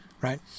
Right